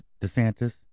DeSantis